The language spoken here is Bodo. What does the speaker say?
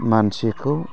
मानसिखौ